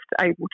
able